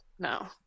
No